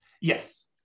yes